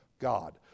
God